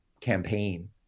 campaign